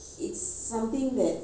he needs you know